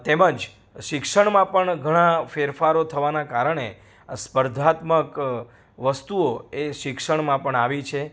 તેમજ શિક્ષણમાં પણ ઘણા ફેરફારો થવાનાં કારણે સ્પર્ધાત્મક વસ્તુઓ એ શિક્ષણમાં પણ આવી છે